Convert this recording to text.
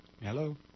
Hello